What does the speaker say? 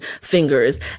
fingers